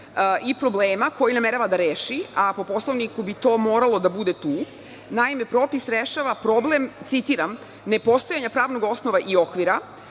i problema koji namerava da reši, a po Poslovniku bi to moralo da bude tu. Naime, propis rešava problem, citiram – nepostojanje pravnog osnova i okvira